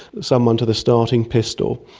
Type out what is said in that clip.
someone to the starting pistol,